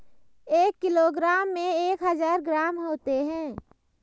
एक किलोग्राम में एक हजार ग्राम होते हैं